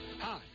Hi